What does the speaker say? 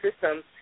system